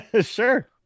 Sure